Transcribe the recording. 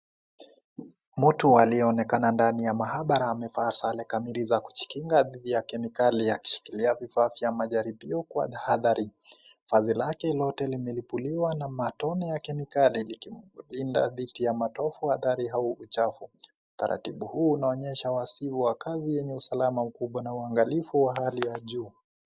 Mtu aliyeonekana ndani ya mahabara amevaa sare kamili za kujikinga dhidi ya kimikali ya kulia bifaki ya majaribio kwa tahadhari. Vazi lake lote limeilipuliwa na matone ya kimikali likimlinda tidhi ya matofu hatari au uchafu. Taratibu huu unaoyesha wasiwa wakazi yenye usalama ukubwa na uangalifu wa hali ya juu.